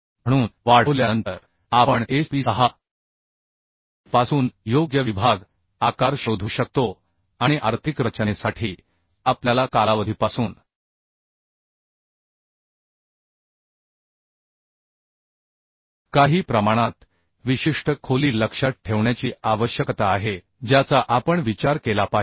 म्हणून वाढवल्यानंतर आपण SP6 पासून योग्य विभाग आकार शोधू शकतो आणि आर्थिक रचनेसाठी आपल्याला कालावधीपासून काही प्रमाणात विशिष्ट खोली लक्षात ठेवण्याची आवश्यकता आहे ज्याचा आपण विचार केला पाहिजे